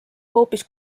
hoopis